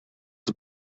als